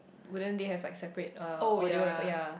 wouldn't they have separate uh audio record ya